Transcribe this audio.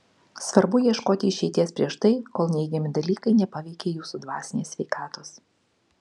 svarbu ieškoti išeities prieš tai kol neigiami dalykai nepaveikė jūsų dvasinės sveikatos